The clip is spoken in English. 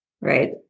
right